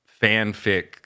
fanfic